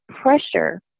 pressure